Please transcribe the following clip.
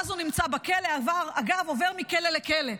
מאז הוא נמצא בכלא, ואגב, עובר מכלא לכלא.